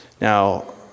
Now